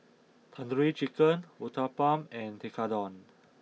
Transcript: Tandoori Chicken Uthapam and Tekkadon